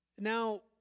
Now